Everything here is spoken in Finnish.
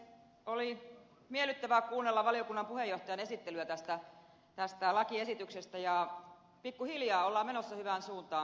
oli miellyttävää kuunnella valiokunnan puheenjohtajan esittelyä tästä lakiesityksestä ja pikkuhiljaa ollaan menossa hyvään suuntaan